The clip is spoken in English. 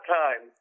time